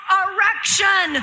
erection